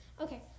Okay